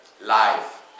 life